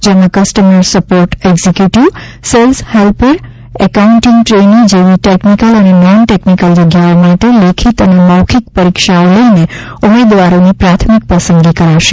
જેમાં customer support executive sales helper accounting trainee જેવી technical અને નોન ટેકનીકલ જગ્યાઓ માટે લેખિત અને મૌખિક પરીક્ષાઓ લઇને ઉમેદવારોની પ્રાથમિક પસંદગી કરાશે